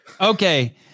Okay